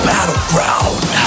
Battleground